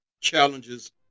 challenges